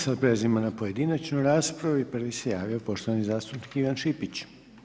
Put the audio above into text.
Sada prelazimo na pojedinačnu raspravu i prvi se javio poštovani zastupnik Ivan Šipić.